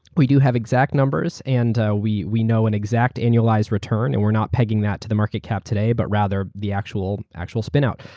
we do have exact numbers and we we know an exact annualized return. and we're not pegging that to the market cap today, but rather the actual actual spinout.